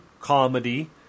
Comedy